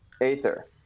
Aether